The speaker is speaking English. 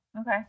okay